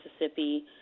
Mississippi